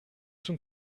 schon